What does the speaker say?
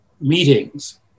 meetings